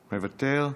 מוותר,